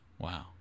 Wow